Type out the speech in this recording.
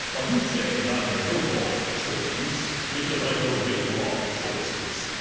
are you saying i made the wrong choice? because i don't make wrong choices.